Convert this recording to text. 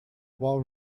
while